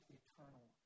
eternal